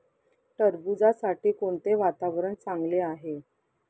टरबूजासाठी कोणते वातावरण चांगले आहे?